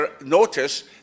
notice